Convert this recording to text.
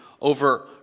over